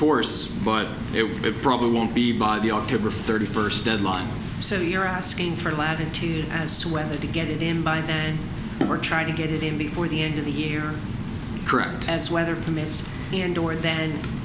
course but it will it probably won't be by the october thirty first deadline so you're asking for latitude as to whether to get it in by and we're trying to get it in before the end of the year as weather permits and or th